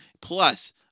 plus